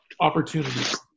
opportunities